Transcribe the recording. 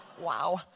wow